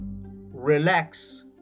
relax